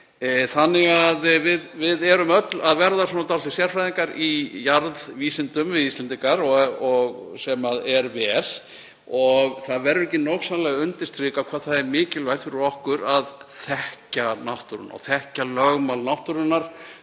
Þannig að við erum öll að verða dálitlir sérfræðingar í jarðvísindum, við Íslendingar, sem er vel. Það verður ekki nógsamlega undirstrikað hvað það er mikilvægt fyrir okkur að þekkja náttúruna og þekkja lögmál hennar.